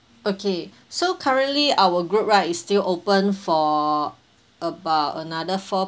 okay so currently our group right is still open for about another four